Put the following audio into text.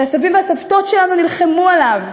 שהסבים והסבתות שלנו נלחמו עליו,